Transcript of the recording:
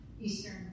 Eastern